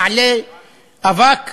מעלה אבק,